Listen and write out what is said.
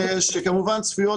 שצפויות,